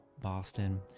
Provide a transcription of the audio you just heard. Boston